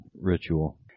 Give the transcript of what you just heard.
ritual